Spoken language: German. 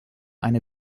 eine